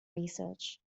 research